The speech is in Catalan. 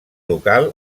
local